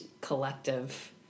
collective